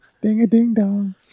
Ding-a-ding-dong